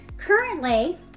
Currently